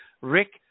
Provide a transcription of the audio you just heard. Rick